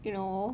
you know